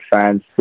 fans